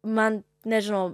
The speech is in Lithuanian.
man nežinau